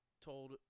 Told